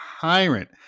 tyrant